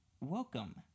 welcome